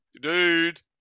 Dude